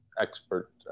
expert